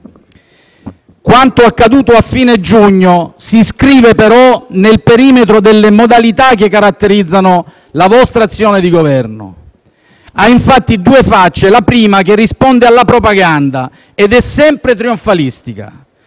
Quanto accaduto a fine giugno si iscrive però nel perimetro delle modalità che caratterizzano la vostra azione di Governo e infatti ha due facce: la prima risponde alla propaganda ed è sempre trionfalistica,